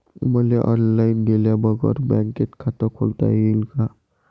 मले ऑनलाईन गेल्या बगर बँकेत खात खोलता येईन का?